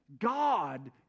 god